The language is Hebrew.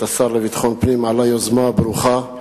השר לביטחון פנים על היוזמה הברוכה.